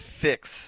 fix